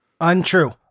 Untrue